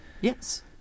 Yes